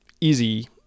easy